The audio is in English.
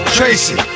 Tracy